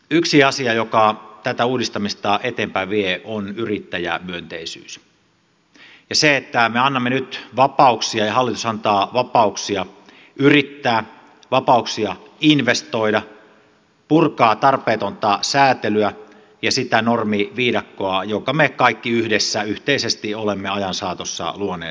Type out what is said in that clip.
yksi asia joka tätä uudistamista eteenpäin vie on yrittäjämyönteisyys ja se että me annamme nyt vapauksia ja hallitus antaa vapauksia yrittää vapauksia investoida purkaa tarpeetonta säätelyä ja sitä normiviidakkoa jonka me kaikki yhdessä yhteisesti olemme ajan saatossa luoneet